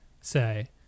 say